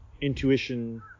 intuition